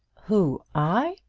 who? i?